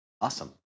Awesome